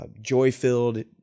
joy-filled